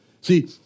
See